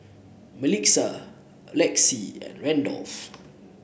Melissa Lexie and Randolf